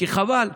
כי חבל.